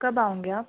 कब आओगे आप